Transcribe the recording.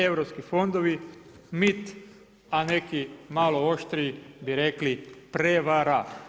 Europski fondovi mit a neki malo oštriji bi rekli prevara.